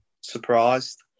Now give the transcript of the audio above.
Surprised